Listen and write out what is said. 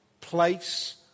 place